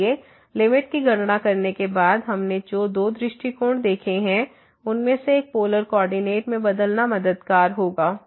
इसलिए लिमिट की गणना करने के बाद हमने जो दो दृष्टिकोण देखे हैं उनमें से एक पोलर कोऑर्डिनेट में बदलना मददगार होगा